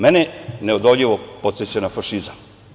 Mene neodoljivo podseća na fašizam.